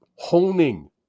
Honing